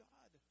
God